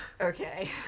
Okay